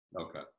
Okay